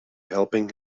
helping